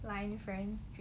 line friends